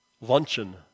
luncheon